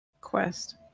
quest